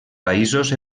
països